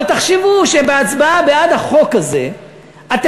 אבל תחשבו שבהצבעה בעד החוק הזה אתם